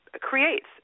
creates